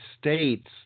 states